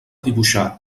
dibuixar